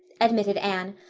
admitted anne.